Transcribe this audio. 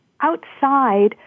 outside